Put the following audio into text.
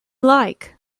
like